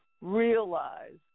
Realize